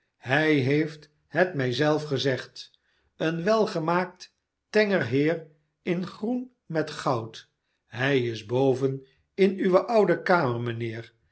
hij heeft het mij zelf gezegd een welgemaakt tenger heer in groen met goud hij is boven in uwe oude kamer